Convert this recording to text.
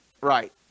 right